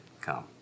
come